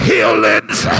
Healings